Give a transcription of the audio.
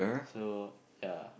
so ya